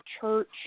church